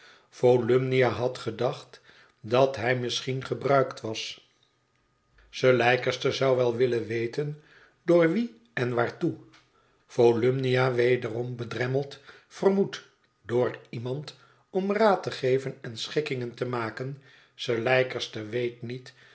volumnia had gedacht dat hij misschien gebruikt was sir leicester zou wel willen weten door wien en waartoe volumnia wederom bedremmeld vermoedt door iemand om raad te geven en schikkingen te maken sir leicester weet niet